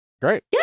great